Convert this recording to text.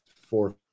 four